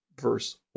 verse